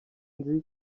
nzi